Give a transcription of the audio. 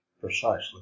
precisely